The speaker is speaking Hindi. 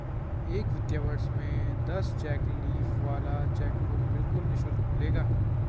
एक वित्तीय वर्ष में दस चेक लीफ वाला चेकबुक बिल्कुल निशुल्क मिलेगा